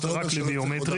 אני לא אמרתי להרכשה,